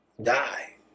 die